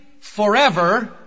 forever